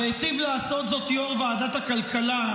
והיטיב לעשות זאת יו"ר ועדת הכלכלה,